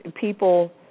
people